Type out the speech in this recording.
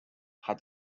had